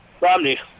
Romney